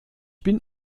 bin